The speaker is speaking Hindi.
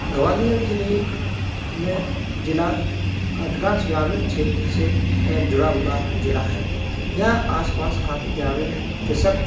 ग्वालियर जिले में जिला अधिकांश ग्रामीण क्षेत्र से जुड़ा हुआ जिला है यहाँ आस पास काफ़ी ग्रामीण कृषक